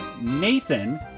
Nathan